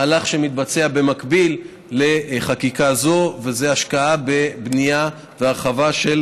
מהלך שמתבצע במקביל לחקיקה זו: השקעה בבנייה והרחבה של